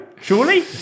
Surely